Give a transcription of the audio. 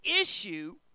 issue